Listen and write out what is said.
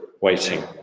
waiting